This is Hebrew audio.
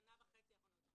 בשנה וחצי האחרונות.